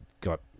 got